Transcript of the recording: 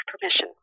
permission